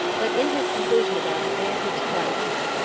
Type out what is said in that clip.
but in his conclusion about his aunt he was quite wrong,